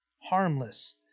harmless